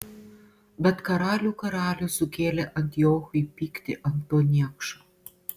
bet karalių karalius sukėlė antiochui pyktį ant to niekšo